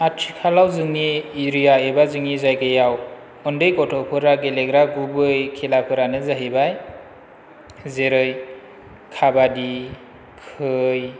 आथिखालाव जोंनि एरिया एबा जोंनि जायगायाव उन्दै गथ'फोरा गेलेग्रा गुबै खेलाफोरानो जाहैबाय जेरै खाबादि खै